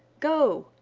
go!